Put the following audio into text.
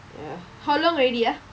ya how long already ah